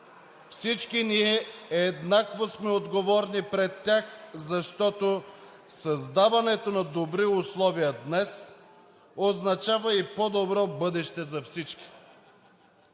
Всички ние еднакво сме отговорни пред тях, защото създаването на добри условия днес, означава и по-добро бъдеще за всички.